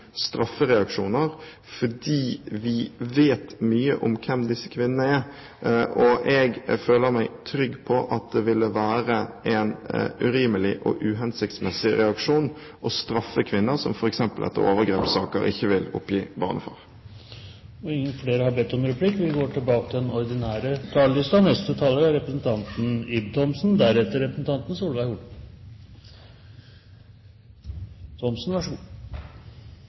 straffereaksjoner, fordi vi vet mye om hvem disse kvinnene er. Jeg føler meg trygg på at det ville være en urimelig og uhensiktsmessig reaksjon å straffe kvinner som f.eks. etter overgrepssaker ikke vil oppgi barnefar. Replikkordskiftet er omme. De talere som heretter får ordet, har